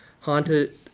haunted